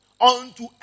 Unto